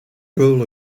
rule